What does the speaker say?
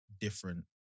different